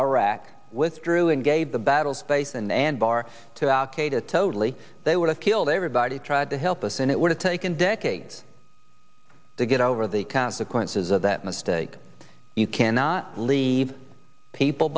iraq withdrew and gave the battle space and and bar to al qaeda totally they would have killed everybody tried to help us and it would have taken decades to get over the consequences of that mistake you cannot leave people